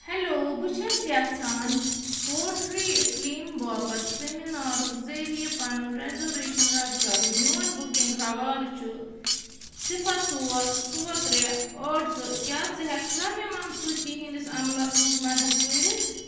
hello بہٕ چھَس یژھان پوٹری اِسلیٖم باپتھ سیٚمِنارُک ذٔریعہٕ پنُن رٮ۪زوریشَن رَد کَرُن میون بُکِنٛگ حوالہٕ چھُ صِفر ژور ژور ترٛےٚ ٲٹھ زٕ کیٛاہ ژٕ ہٮ۪کہٕ کھا مےٚ منسوٗخی ہِنٛدس عملس منٛز مدتھ کٔرِتھ